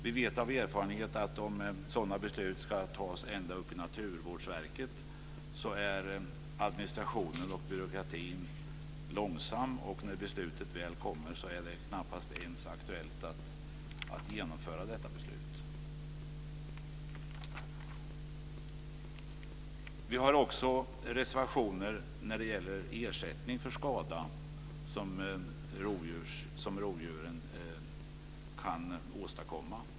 Vi vet av erfarenhet att om sådana beslut ska fattas ända uppe på Naturvårdsverket är administrationen och byråkratin långsam och när beslutet väl kommer är det knappast ens aktuellt att genomföra det. Vi har också reservationer om ersättning för skador som rovdjur kan åstadkomma.